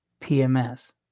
PMS